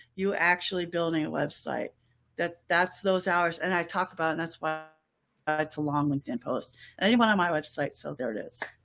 you actually building a website that that's those hours. and i talk about, and that's why it's a long linkedin post and anyone on my website. so there it is.